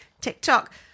TikTok